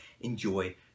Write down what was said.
enjoy